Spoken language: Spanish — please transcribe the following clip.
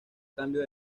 cambio